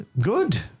Good